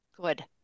good